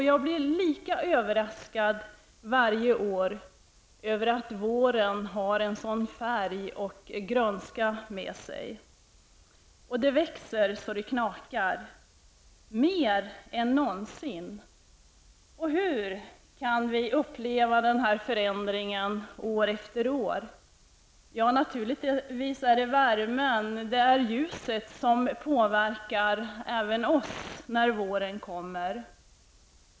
Jag blir lika överraskad varje år över att våren har en sådan färg och grönska med sig. Det växer så att det knakar, mer än någonsin. Hur kan vi uppleva denna förändring år efter år? Naturligtvis är det värmen och ljuset som påverkar även oss när våren kommer.